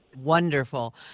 Wonderful